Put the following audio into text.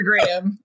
Instagram